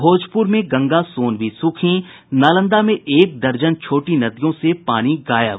भोजपुर में गंगा सोन भी सूखीं नालंदा में एक दर्जन छोटी नदियों से पानी गायब